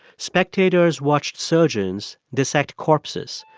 spectators watched surgeons dissect corpses,